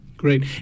Great